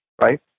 right